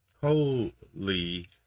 Holy